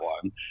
one